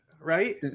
Right